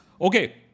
Okay